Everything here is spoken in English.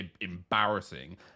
embarrassing